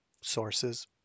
sources